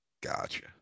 Gotcha